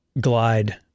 Glide